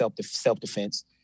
self-defense